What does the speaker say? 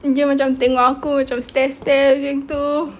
dia macam tengok aku macam stare stare macam gitu